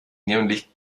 neonlicht